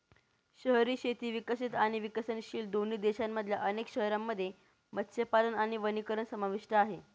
शहरी शेती विकसित आणि विकसनशील दोन्ही देशांमधल्या अनेक शहरांमध्ये मत्स्यपालन आणि वनीकरण समाविष्ट आहे